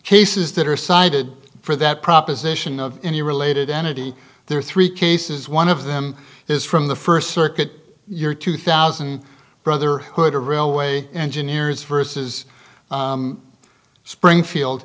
cases that are cited for that proposition of any related entity there are three cases one of them is from the first circuit your two thousand brotherhood of railway engineers versus springfield